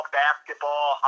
basketball